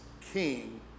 king